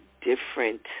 different